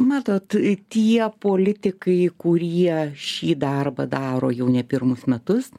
matot tie politikai kurie šį darbą daro jau ne pirmus metus